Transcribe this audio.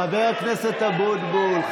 חבר הכנסת אבוטבול.